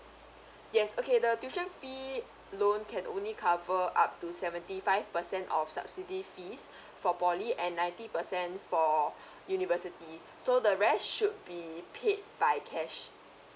yes okay the tuition fee loan can only cover up to seventy five percent of subsidy fees for poly and ninety percent for university so the rest should be paid by cash